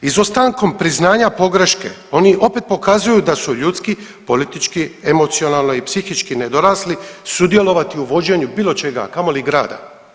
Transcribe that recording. Izostankom priznanja pogreške oni opet pokazuju da su ljudski politički, emocionalno i psihički nedorasli sudjelovati u vođenju bilo čega, a kamoli grada.